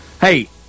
Hey